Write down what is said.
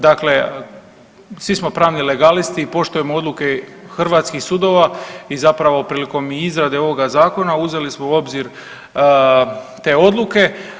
Dakle, svi smo pravni legalisti i poštujemo odluke hrvatskih sudova i zapravo prilikom i izrade ovoga zakona uzeli smo u obzir te odluke.